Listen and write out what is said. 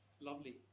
Lovely